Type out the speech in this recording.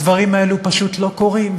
הדברים האלה פשוט לא קורים.